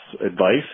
advice